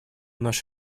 наш